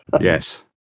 Yes